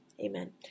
amen